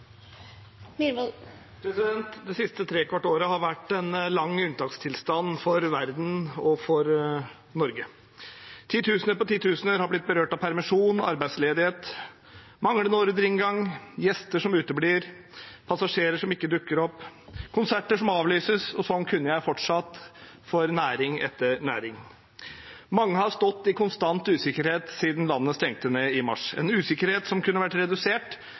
Det siste trekvart året har vært en lang unntakstilstand for verden og for Norge. Titusener på titusener har blitt berørt av permisjon, arbeidsledighet, manglende ordreinngang, gjester som uteblir, passasjerer som ikke dukker opp, konserter som avlyses – og sånn kunne jeg fortsatt for næring etter næring. Mange har stått i konstant usikkerhet siden landet stengte ned i mars, en usikkerhet som kunne vært redusert